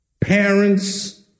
parents